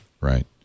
Right